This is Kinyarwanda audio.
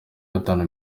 gatanu